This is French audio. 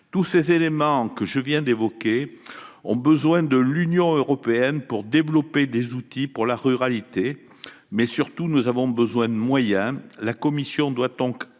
Tous les éléments que je viens d'évoquer ont besoin de l'Union européenne pour développer des outils pour la ruralité. Mais nous avons surtout besoin de moyens. La Commission européenne